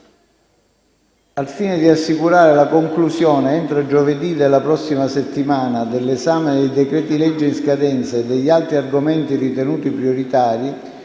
Al fine di assicurare la conclusione entro giovedì della prossima settimana dell'esame dei decreti-legge in scadenza e degli altri argomenti ritenuti prioritari,